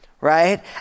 right